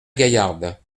gaillarde